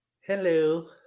Hello